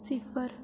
सिफर